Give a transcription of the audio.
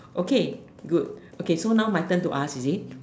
okay good okay so now my turn to ask is it